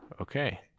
Okay